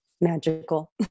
magical